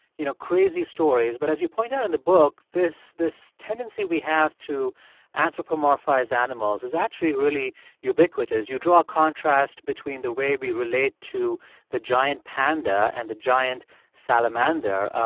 you know, crazy stories, but as you point out in the book, this this tendency we have to anthropomorphize animals is actually really ubiquitous. you draw a contrast between the way we relate to the giant panda and the giant salamander.